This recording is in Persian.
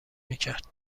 میکرد